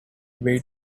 wait